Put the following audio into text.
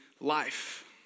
life